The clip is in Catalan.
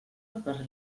per